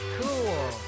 Cool